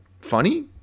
funny